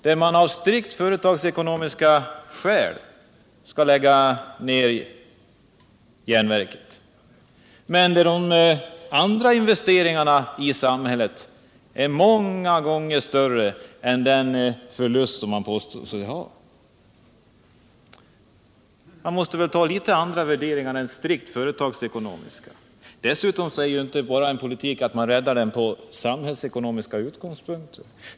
Där skall man av strikt företagsekonomiska skäl lägga ned järnverket. Men de andra investeringarna i samhället är många gånger större än den förlust man påstår sig ha. Man måste ha litet andra värderingar än strikt företagsekonomiska. Dessutom är ju inte politik bara att rädda från samhällsekonomiska utgångspunkter.